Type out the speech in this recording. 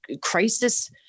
crisis